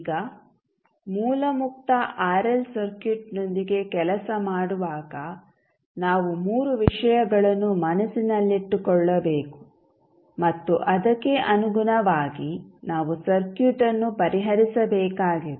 ಈಗ ಮೂಲ ಮುಕ್ತ ಆರ್ಎಲ್ ಸರ್ಕ್ಯೂಟ್ನೊಂದಿಗೆ ಕೆಲಸ ಮಾಡುವಾಗ ನಾವು 3 ವಿಷಯಗಳನ್ನು ಮನಸ್ಸಿನಲ್ಲಿಟ್ಟುಕೊಳ್ಳಬೇಕು ಮತ್ತು ಅದಕ್ಕೆ ಅನುಗುಣವಾಗಿ ನಾವು ಸರ್ಕ್ಯೂಟ್ಅನ್ನು ಪರಿಹರಿಸಬೇಕಾಗಿದೆ